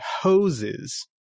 hoses